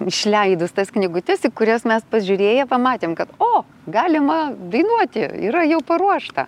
išleidus tas knygutes į kurias mes pažiūrėję pamatėm kad o galima dainuoti yra jau paruošta